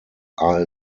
are